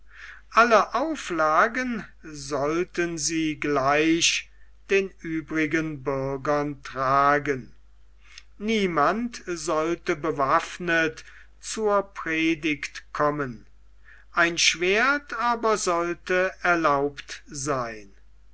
alle auflagen sollten sie gleich den übrigen bürgern tragen niemand sollte bewaffnet zur predigt kommen ein schwert aber sollte erlaubt sein